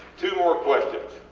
two more questions.